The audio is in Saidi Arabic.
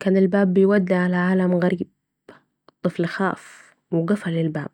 كان الباب بيودي على عالم غريب، الطفل خاف و قفل الباب